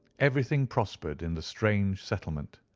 everything prospered in the strange settlement.